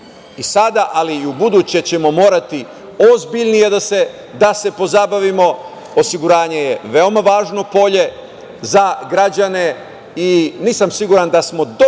i sada, ali i ubuduće ćemo morati ozbiljnije da se pozabavimo, osiguranje je veoma važno polje za građane i nisam siguran da smo do